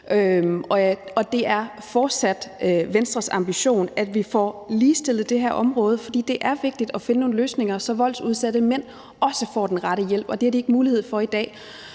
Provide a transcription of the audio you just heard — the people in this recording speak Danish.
og det er fortsat Venstres ambition, at vi får ligestillet det her område. For det er vigtigt at finde nogle løsninger, så voldsudsatte mænd også får den rette hjælp, og det har de ikke mulighed for i dag.